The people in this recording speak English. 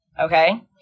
okay